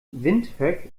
windhoek